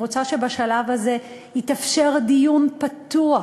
אני רוצה שבשלב הזה יתאפשר דיון פתוח,